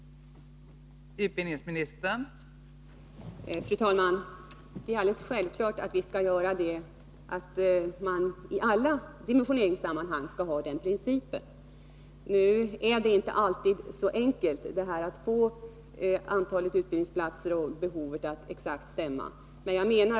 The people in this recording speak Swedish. Måndagen den